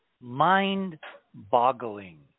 mind-boggling